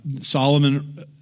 Solomon